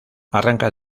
arranca